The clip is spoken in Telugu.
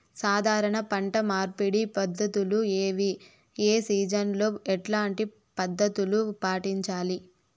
సాధారణ పంట మార్పిడి పద్ధతులు ఏవి? ఏ సీజన్ లో ఎట్లాంటి పద్ధతులు పాటించాలి?